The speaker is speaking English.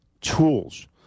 tools